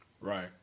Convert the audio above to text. Right